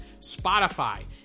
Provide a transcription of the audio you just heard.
Spotify